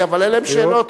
אבל אלה הן שאלות,